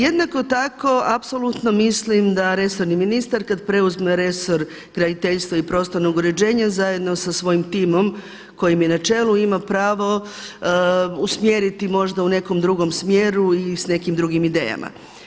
Jednako tako apsolutno mislim da resorni ministar kad preuzme resor graditeljstva i prostornog uređenja zajedno sa svojim timom kojem je na čelu ima pravo usmjeriti možda u nekom drugom smjeru i s nekim drugim idejama.